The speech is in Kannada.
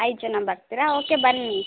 ಐದು ಜನ ಬರ್ತೀರಾ ಓಕೆ ಬನ್ನಿ